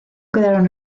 quedaron